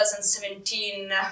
2017